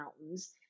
mountains